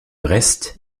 reste